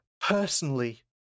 personally